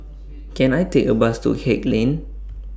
Can I Take A Bus to Haig Lane